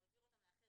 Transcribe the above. או העביר אותם לאחר,